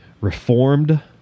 reformed